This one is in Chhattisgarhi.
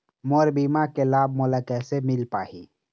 मोर बीमा के लाभ मोला कैसे मिल पाही?